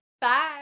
bye